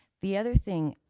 the other things,